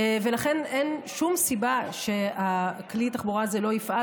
לכן אין שום סיבה שכלי התחבורה הזה לא יפעל